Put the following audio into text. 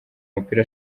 mupira